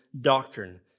doctrine